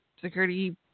security